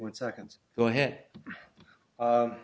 one seconds go ahead